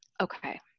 Okay